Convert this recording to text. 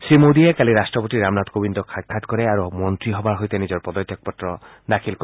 শ্ৰীমোদীয়ে কালি ৰাট্টপতি ৰামনাথ কোবিন্দক সাক্ষাৎ কৰে আৰু মন্ত্ৰীসভাৰ সৈতে নিজৰ পদত্যাগ পত্ৰ দাখিল কৰে